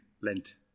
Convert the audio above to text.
Lent